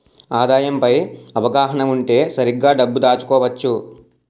ఆదాయం పై అవగాహన ఉంటే సరిగ్గా డబ్బు దాచుకోవచ్చు